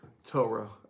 Torah